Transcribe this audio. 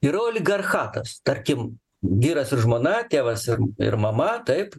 yra oligarchatas tarkim vyras ir žmona tėvas ir ir mama taip